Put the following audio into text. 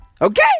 Okay